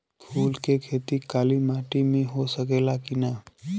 फूल के खेती काली माटी में हो सकेला की ना?